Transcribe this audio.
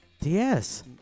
Yes